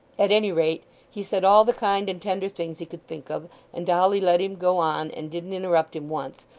at any rate he said all the kind and tender things he could think of and dolly let him go on and didn't interrupt him once,